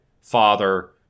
Father